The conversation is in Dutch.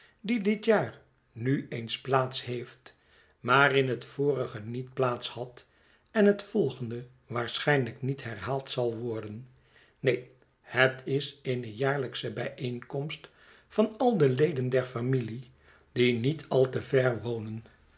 die dit jaar nu eens plaats heeft maar in het vorige niet plaats had en het volgende waarschynlijk niet herhaald zal worden neen het is eene jaarlijksche bijeenkomst van aldeleden der familie die niet al te ver